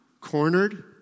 cornered